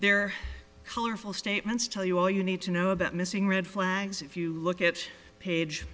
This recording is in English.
their colorful statements tell you all you need to know about missing red flags if you look at page